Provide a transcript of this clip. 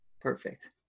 Perfect